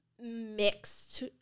mixed